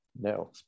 no